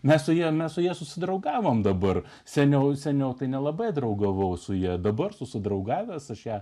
mes su ja mes su ja susidraugavome dabar seniau seniau tai nelabai draugavau su ja dabar susidraugavęs su šia